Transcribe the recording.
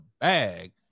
bag